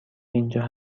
اینجا